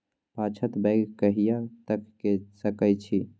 पछात बौग कहिया तक के सकै छी?